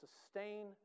sustain